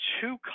two